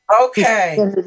Okay